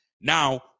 Now